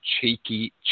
cheeky